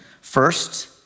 First